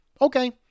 Okay